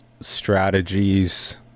strategies